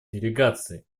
делегации